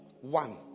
One